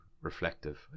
reflective